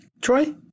Troy